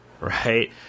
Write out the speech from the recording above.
Right